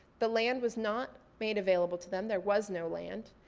the land was not made available to them, there was no land.